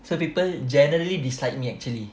so people generally disliked me actually